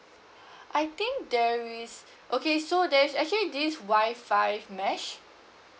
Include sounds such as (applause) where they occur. (breath) I think there is okay so there's actually this WI-FI mesh